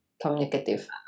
communicative